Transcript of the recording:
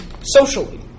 socially